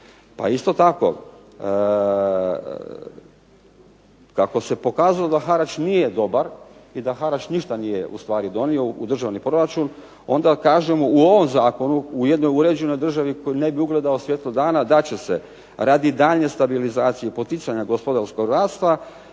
Pa isto tako kako se pokazalo da harač nije dobar i da harač nije ništa ustvari donio u državni proračun, onda kažemo da u ovom zakonu u jednoj uređenoj državi u kojoj ne bi ugledao svjetlo dana, da će se radi daljnje stabilizacije poticanja gospodarskog rasta